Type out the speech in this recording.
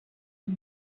the